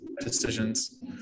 decisions